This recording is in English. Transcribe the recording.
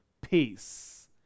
peace